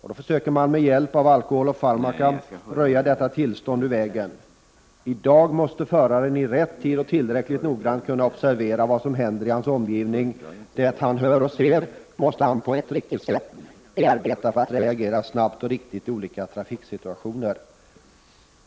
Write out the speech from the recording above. Man försöker med hjälp av alkohol och farmaka röja detta tillstånd ur vägen. I dag måste föraren i rätt tid och tillräckligt noggrant kunna observera vad som händer i hans omgivning; det han hör och ser måste han på ett riktigt sätt bearbeta för att reagera snabbt och riktigt i olika trafiksituationer.